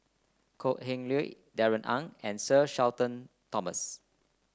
Kok Heng Leun Darrell Ang and Sir Shenton Thomas